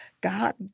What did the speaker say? God